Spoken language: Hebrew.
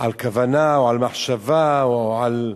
על כוונה או על מחשבה או על,